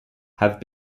have